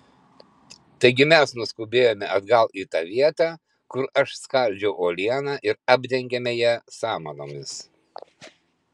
taigi mes nuskubėjome atgal į tą vietą kur aš skaldžiau uolieną ir apdengėme ją samanomis